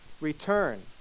return